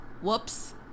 whoops